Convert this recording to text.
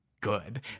Good